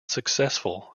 successful